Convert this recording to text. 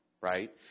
right